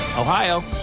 Ohio